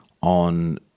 on